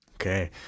Okay